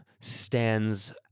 stands